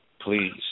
Please